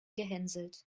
gehänselt